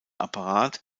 apparat